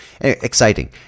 Exciting